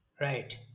Right